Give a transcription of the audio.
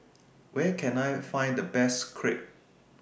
Where Can I Find The Best Crepe